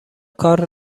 کار